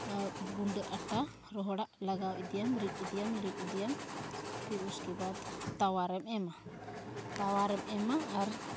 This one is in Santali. ᱜᱩᱸᱰᱟᱹ ᱟᱴᱟ ᱨᱚᱦᱚᱲᱟᱜ ᱞᱟᱜᱟᱣ ᱤᱫᱤᱭᱟᱢ ᱨᱤᱫ ᱤᱫᱤᱭᱟᱢ ᱞᱤᱱ ᱤᱫᱤᱭᱟᱢ ᱯᱷᱤᱨ ᱩᱥᱠᱮᱵᱟᱫ ᱛᱟᱣᱟᱨᱮᱢ ᱮᱢᱟ ᱛᱟᱣᱟᱨᱮᱢ ᱮᱢᱟ ᱟᱨ